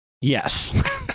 Yes